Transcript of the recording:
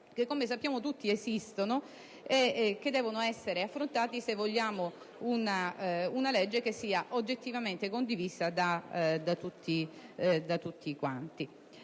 che, come sappiamo tutti, esistono e devono essere affrontati se vogliamo una legge che sia oggettivamente condivisa da tutti.